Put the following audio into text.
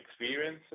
experience